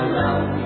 love